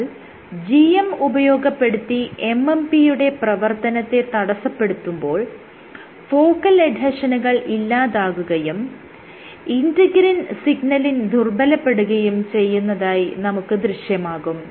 എന്നാൽ GM ഉപയോഗപ്പെടുത്തി MMP യുടെ പ്രവർത്തനത്തെ തടസ്സപ്പെടുത്തുമ്പോൾ ഫോക്കൽ എഡ്ഹെഷനുകൾ ഇല്ലാതാകുകയും ഇന്റെഗ്രിൻ സിഗ്നലിങ് ദുർബ്ബലപ്പെടുകയും ചെയ്യുന്നതായി നമുക്ക് ദൃശ്യമാകും